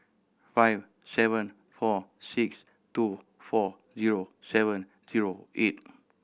five seven four six two four zero seven zero eight